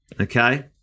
okay